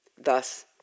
Thus